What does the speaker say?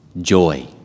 joy